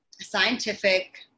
scientific